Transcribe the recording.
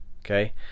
okay